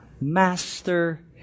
master